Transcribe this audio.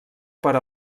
per